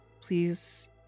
please